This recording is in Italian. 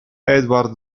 edward